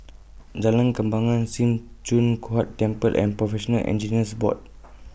Jalan Kembangan SIM Choon Huat Temple and Professional Engineers Board